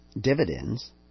dividends